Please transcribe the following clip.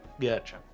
Gotcha